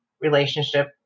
relationship